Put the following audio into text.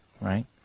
right